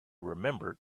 remember